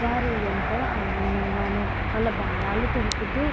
వారు ఎంతో ఆనందంగానూ వాళ్ళ భావాలు తెలుపుతూ